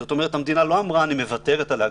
זאת אומרת, המדינה לא אמרה שהיא מוותרת על האגרות,